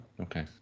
Okay